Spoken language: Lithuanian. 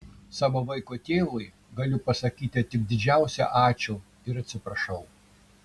savo vaiko tėvui galiu pasakyti tik didžiausią ačiū ir atsiprašau